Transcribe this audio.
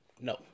no